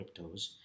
cryptos